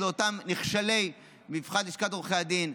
לאותם נכשלי מבחן לשכת עורכי הדין,